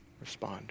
Respond